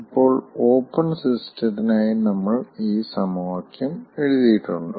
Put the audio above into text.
ഇപ്പോൾ ഓപ്പൺ സിസ്റ്റത്തിനായി നമ്മൾ ഈ സമവാക്യം എഴുതിയിട്ടുണ്ട്